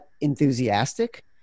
enthusiastic